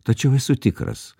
tačiau esu tikras